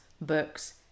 books